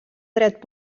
dret